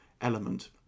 element